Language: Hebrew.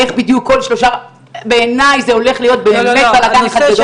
איך בדיוק כל שלושה בעיניי זה הולך להיות באמת בלגן אחד גדול.